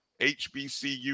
HBCU